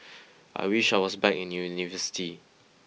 I wish I was back in an university